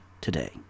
today